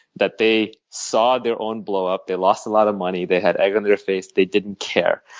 that they saw their own blowup, they lost a lot of money, they had egg on their face they didn't care.